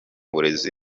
burezi